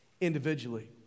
individually